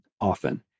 often